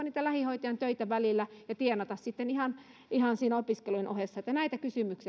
niitä lähihoitajan töitä välillä ja tienata ihan ihan siinä opiskelujen ohessa näitä kysymyksiä